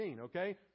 okay